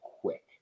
quick